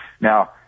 Now